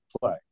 play